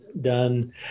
done